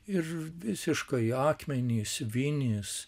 ir visiškai akmenys vinys